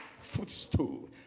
Footstool